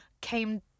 came